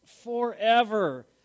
forever